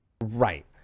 Right